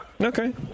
Okay